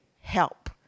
help